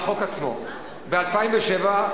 לחוק עצמו, ב-2007,